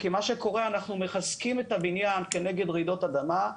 כי מה שקורה אנחנו מחזקים את הבניין כנגד רעידות אדמה,